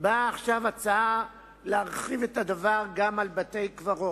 באה עכשיו הצעה להרחיב את הדבר גם לבתי-קברות,